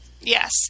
yes